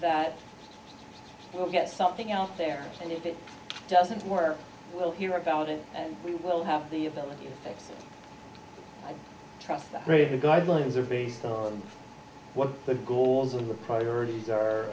that well get something out there and if it doesn't work we'll hear about it and we will have the ability to trust that really the guidelines are based on what the priorities are